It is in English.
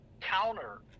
counter